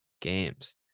games